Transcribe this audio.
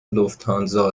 لوفتانزا